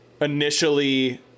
initially